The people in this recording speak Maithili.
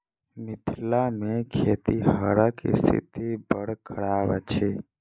मिथिला मे खेतिहरक स्थिति बड़ खराब अछि